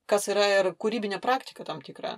kas yra ir kūrybinė praktika tam tikra